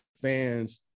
fans